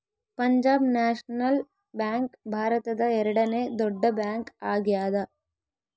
Punjab national bank ಭಾರತದ ಎರಡನೆ ದೊಡ್ಡ ಬ್ಯಾಂಕ್ ಆಗ್ಯಾದ